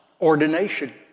ordination